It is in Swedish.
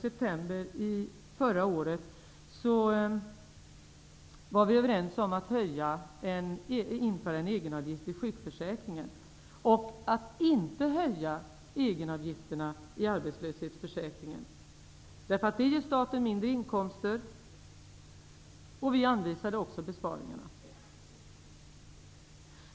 september förra året var vi överens om att införa en egenavgift i sjukförsäkringen och att inte höja egenavgifterna i arbetslöshetsförsäkringen, eftersom det senare ger staten mindre inkomster. Vi anvisade också besparingarna.